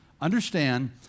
Understand